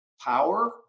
power